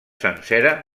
sencera